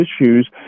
issues